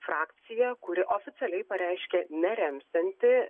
frakcija kuri oficialiai pareiškė neremsianti